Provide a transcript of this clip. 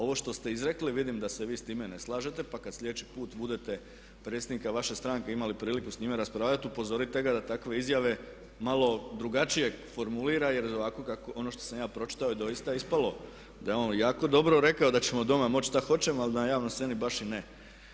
Ovo što ste izrekli, vidim da se vi s time ne slažete pa kad sljedeći put budete predsjednika vaše stranke, imali priliku s njime raspravljati upozorite ga da takve izjave malo drugačije formulira jer ovako kako, ono što sam ja pročitao je doista ispalo da je on jako dobro rekao da ćemo doma moći šta hoćemo ali na javnoj sceni baš i ne.